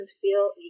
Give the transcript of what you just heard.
feel